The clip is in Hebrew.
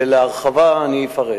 ולהרחבה, אני אפרט